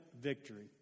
victory